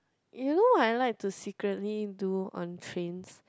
you know what I like to secretly do on trains